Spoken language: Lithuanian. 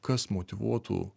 kas motyvuotų